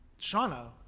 Shauna